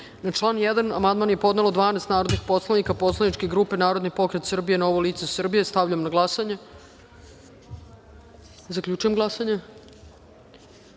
član 1. amandman je podnelo 12. narodnih poslanika poslaničke grupe Narodni pokret Srbije – Novo lice Srbije. Stavljam na glasanje. Zaključujem glasanje: